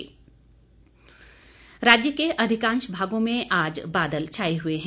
मौसम राज्य के अधिकांश भागों में आज बादल छाए हुए हैं